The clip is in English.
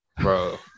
Bro